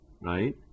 right